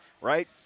Right